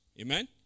Amen